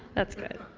that's good.